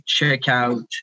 checkout